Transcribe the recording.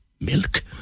milk